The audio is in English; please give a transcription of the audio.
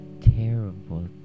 terrible